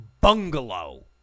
bungalow